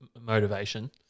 motivation